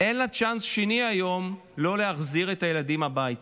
אין לה צ'אנס שני היום לא להחזיר את הילדים הביתה.